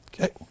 Okay